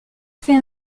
fait